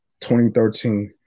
2013